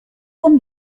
con